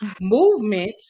movement